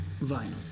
vinyl